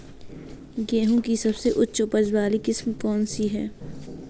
गेहूँ की सबसे उच्च उपज बाली किस्म कौनसी है?